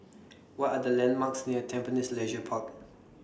What Are The landmarks near Tampines Leisure Park